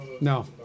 No